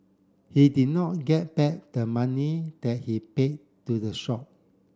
he did not get back the money that he paid to the shop